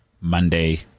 Monday